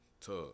Tub